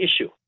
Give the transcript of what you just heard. issue